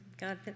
God